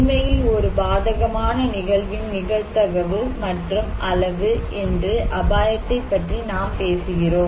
உண்மையில் ஒரு பாதகமான நிகழ்வின் நிகழ்தகவு மற்றும் அளவு என்று அபாயத்தைப் பற்றி நாம் பேசுகிறோம்